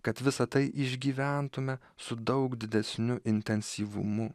kad visa tai išgyventume su daug didesniu intensyvumu